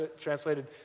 translated